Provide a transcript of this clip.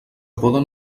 poden